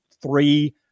three